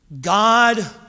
God